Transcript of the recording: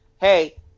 hey